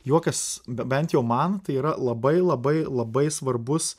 juokas be bent jau man tai yra labai labai labai svarbus